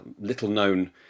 little-known